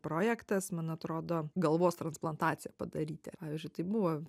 projektas man atrodo galvos transplantaciją padaryti pavyzdžiui tai buvo